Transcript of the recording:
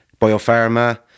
biopharma